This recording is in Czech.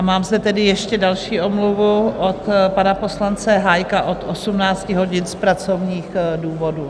Mám zde tedy ještě další omluvu od pana poslance Hájka od 18 hodin z pracovních důvodů.